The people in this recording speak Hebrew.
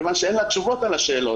מכיוון שאין לה תשובות על השאלות.